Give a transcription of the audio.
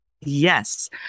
Yes